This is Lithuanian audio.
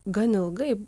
gan ilgai